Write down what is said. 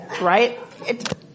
Right